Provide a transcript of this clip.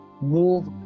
move